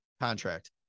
contract